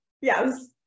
Yes